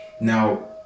Now